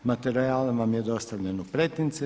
Materijal vam je dostavljen u pretince.